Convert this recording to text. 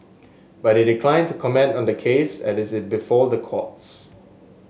but it declined to comment on the case as it is before the courts